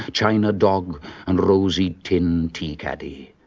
ah china dog and rosy tin teacaddy.